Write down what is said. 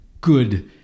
good